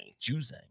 Juzang